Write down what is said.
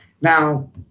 Now